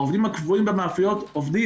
העובדים הקבועים עובדים.